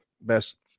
best